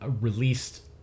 released